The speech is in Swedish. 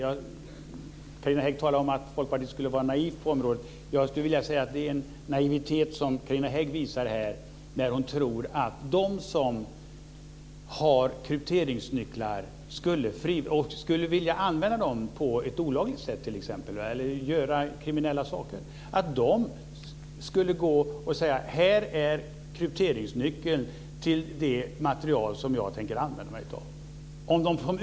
Enligt Carina Hägg är vi i Folkpartiet naiva på området men jag skulle vilja säga att Carina Hägg här visar naivitet när hon tror att de som har krypteringsnycklar och som t.ex. skulle vilja använda dem på ett olagligt sätt, för att göra kriminella saker, skulle säga: Här är krypteringsnyckeln till det material som jag tänker använda mig av.